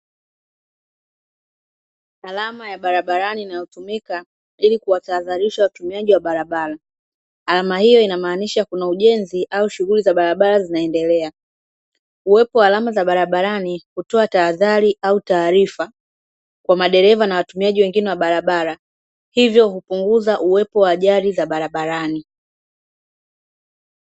Alama ya barabarani inayotumika ili kuwatahadharisha watumiaji wa barabara, alama hiyo inamaanisha kuna ujenzi au shughuli za barabara zinaendelea, uwepo wa alama za barabarani hutoa tahadhari au taarifa kwa madereva na watumiaji wengine wa barabara, hivyo hupunguza uwepo wa ajali za barabarani.